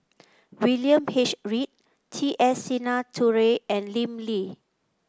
William H Read T S Sinnathuray and Lim Lee